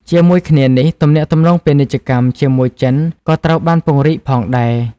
ជាមួយគ្នានេះ ទំនាក់ទំនងពាណិជ្ជកម្មជាមួយ ចិន ក៏ត្រូវបានពង្រីកផងដែរ។